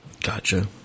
Gotcha